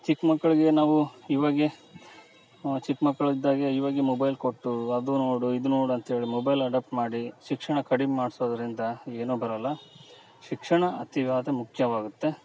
ಚಿಕ್ಕ ಮಕ್ಕಳಿಗೆ ನಾವು ಇವಾಗ ಚಿಕ್ಕ ಮಕ್ಕಳು ಇದ್ದಾಗ ಇವಾಗ್ ಈ ಮೊಬೈಲ್ ಕೊಟ್ಟು ಅದು ನೋಡು ಇದು ನೋಡು ಅಂತೇಳಿ ಮೊಬೈಲ್ ಅಡಪ್ಟ್ ಮಾಡಿ ಶಿಕ್ಷಣ ಕಡಿಮೆ ಮಾಡಿಸೋದ್ರಿಂದ ಏನು ಬರೊಲ್ಲ ಶಿಕ್ಷಣ ಅತಿಯಾದ ಮುಖ್ಯವಾಗತ್ತೆ